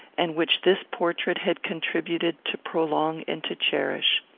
and which this portrait had contributed to prolong and to cherish.